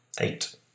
eight